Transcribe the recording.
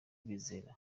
bizera